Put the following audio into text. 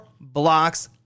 blocks